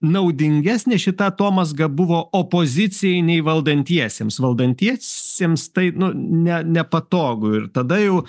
naudingesnė šita atomazga buvo opozicijai nei valdantiesiems valdantiesiems tai nu ne nepatogu ir tada jau